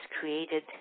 created